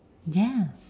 ya